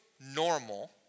normal